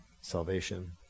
salvation